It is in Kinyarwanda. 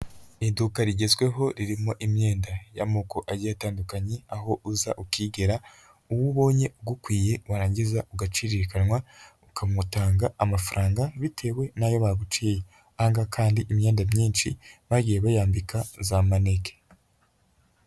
Iduka rigezweho, ririmo imyenda y'amoko agiye atandukanye, aho uza ukigera, uwo ubonye ugukwiye, warangiza ugacirikanwa, ukamutanga amafaranga, bitewe n'ayo baguciye, aha ngaha kandi imyenda myinshi, bagiye bayambika za manege.